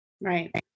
Right